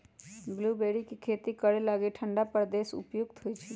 blueberry के खेती करे लागी ठण्डा प्रदेश उपयुक्त होइ छै